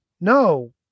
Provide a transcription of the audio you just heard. No